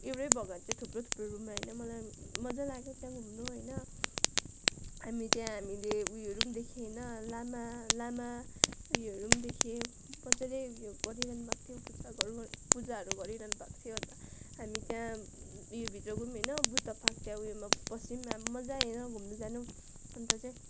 एउटै भगवान् चाहिँ थुप्रो थुप्रो रूपमा होइन मलाई मजा लाग्यो त्यहाँ घुम्नु होइन हामी त्यहाँ हामीले उयोहरू पनि देख्यौँ होइन लामा लामा उयोहरू पनि देख्यौँ मजाले उयो गरिरहनु भएको थियो पूजाहरू पूजाहरू गरिरहनु भएको थियो अन्त हामी त्यहाँ उयोभित्र गयौँ होइन बुद्ध पार्क त्यहाँ उयोमा पस्यौँ मजा आयो होइन घुम्नु जानु अन्त चाहिँ